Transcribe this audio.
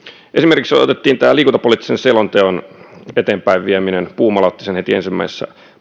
esimerkiksi tämä liikuntapoliittisen selonteon eteenpäinvieminen puumala otti sen heti ensimmäisessä